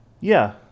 Yeah